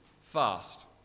fast